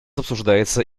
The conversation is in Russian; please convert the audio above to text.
обсуждается